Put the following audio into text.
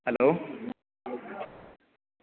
hello